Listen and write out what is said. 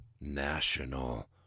National